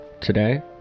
Today